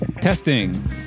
Testing